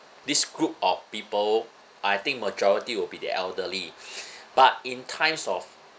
this group of people I think majority will be the elderly but in times of